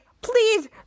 please